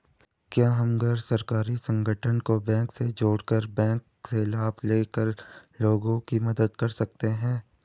क्या हम गैर सरकारी संगठन को बैंक से जोड़ कर बैंक से लाभ ले कर लोगों की मदद कर सकते हैं?